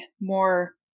more